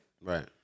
Right